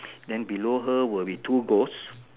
then below her will be two goals